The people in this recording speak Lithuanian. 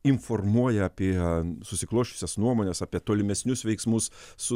informuoja apie susiklosčiusias nuomones apie tolimesnius veiksmus su